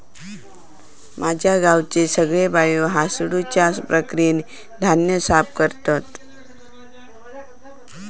माझ्या गावचे सगळे बायो हासडुच्या प्रक्रियेन धान्य साफ करतत